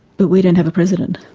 but we don't have a president.